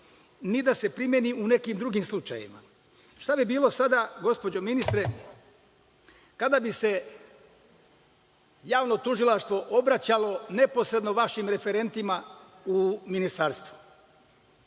ni da se primeni u nekim drugim slučajevima. Šta bi bilo sada, gospođo ministre, kada bi se javno tužilaštvo obraćalo neposredno vašim referentima u Ministarstvu?